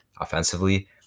offensively